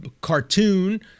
cartoon